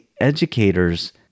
educators